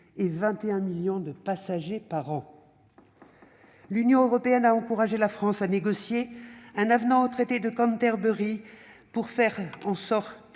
et 21 millions de passagers par an. L'Union européenne a encouragé la France à négocier un avenant au traité de Canterbury, pour faire en sorte